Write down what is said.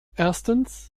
erstens